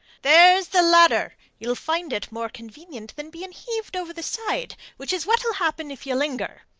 there's the ladder. you'll find it more convenient than being heaved over the side, which is what'll happen if you linger.